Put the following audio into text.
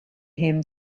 him